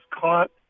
caught